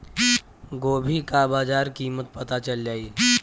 गोभी का बाजार कीमत पता चल जाई?